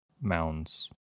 mounds